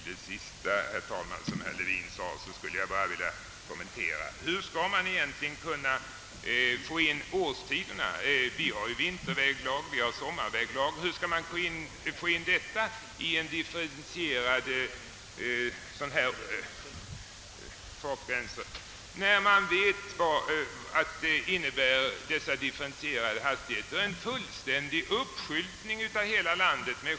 Herr talman! En liten kommentar till det sista herr Levin sade! Vi har ju även vinterväglag och sommarväglag att ta hänsyn till. Hur skall man egentligen få in årstiderna i de differentierade fartbegränsningarna? De differentierade hastigheterna innebär en fullständig »uppskyltning» av hela landet.